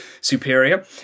superior